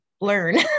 learn